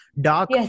Dark